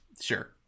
Sure